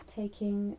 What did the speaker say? taking